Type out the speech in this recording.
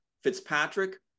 Fitzpatrick